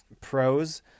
pros